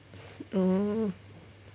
oh